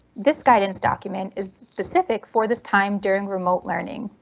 this guidance document is specific for this time during remote learning.